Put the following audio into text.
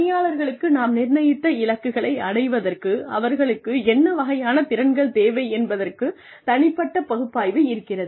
பணியாளர்களுக்கு நாம் நிர்ணயித்த இலக்குகளை அடைவதற்கு அவர்களுக்கு என்ன வகையான திறன்கள் தேவை என்பதற்குத் தனிப்பட்ட பகுப்பாய்வு இருக்கிறது